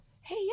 hey